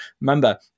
Remember